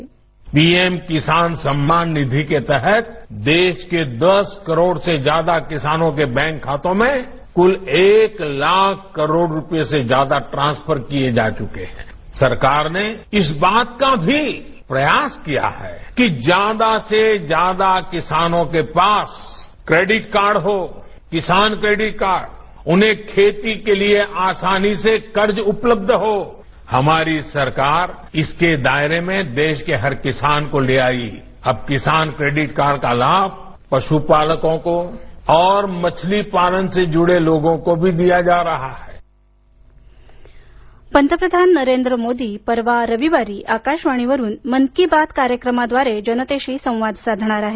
ध्वनी P M Kisan Samman Nidhi के तहत देश के दस करोड़ से ज्यादा बैंक खातों में कूल एक लाख करोड रुपये से ज्यादा ट्रांसफर किये जा चुके हैं सरकार ने इस बात का भी प्रयास किया है कि ज्यादा से ज्यादा किसानो के पास क्रेडिट कार्ड हो किसान क्रेडिट कार्ड उन्हें खेती के लिए आसानी से कर्ज उपलब्ध हो हमारी सरकार इसके दायरे में देश के हर किसान को ले आई अब किसान क्रेडिट कार्ड का लाभ पशुपालकों को और मछली पालन से जुडे लोगों को भी दिया जा रहा है पंतप्रधान मन की बात पंतप्रधान नरेंद्र मोदी परवा रविवारी आकाशवाणीवरून मन की बात कार्यक्रमाद्वारे जनतेशी संवाद साधणार आहेत